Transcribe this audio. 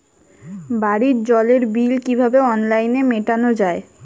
বাড়ির জলের বিল কিভাবে অনলাইনে মেটানো যায়?